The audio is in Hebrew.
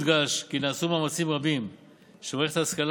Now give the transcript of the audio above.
יודגש כי נעשו מאמצים רבים שמערכת ההשכלה